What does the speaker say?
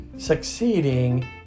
Succeeding